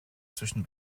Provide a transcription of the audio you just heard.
zwischen